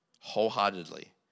wholeheartedly